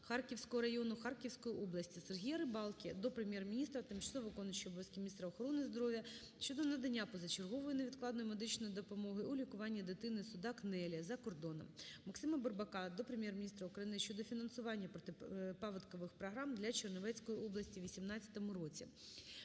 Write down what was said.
Харківського району Харківської області. Сергія Рибалки до Прем'єр-міністра, тимчасово виконуючої обов'язки міністра охорони здоров'я України щодо надання позачергової невідкладної медичної допомоги у лікуванні дитини Судак Нелі за кордоном. Максима Бурбака до Прем'єр-міністра України щодо фінансування протипаводкових програм для Чернівецької області у 2018 році.